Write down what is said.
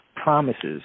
Promises